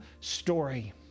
story